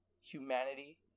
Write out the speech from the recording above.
humanity